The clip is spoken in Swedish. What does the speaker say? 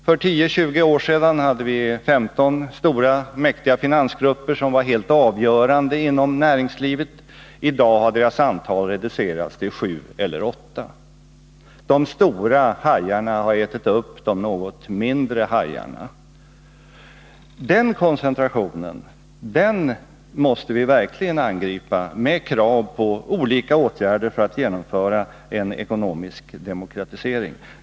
För 10-20 år sedan hade vi 15 stora, mäktiga finansgrupper, som var helt avgörande inom näringslivet. I dag har deras antal reducerats till 7 eller 8. De stora hajarna har ätit upp de något mindre hajarna. Den koncentrationen måste vi verkligen angripa med krav på olika åtgärder för att genomföra en ekonomisk demokratisering.